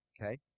okay